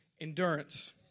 endurance